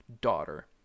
daughter